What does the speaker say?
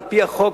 על-פי החוק,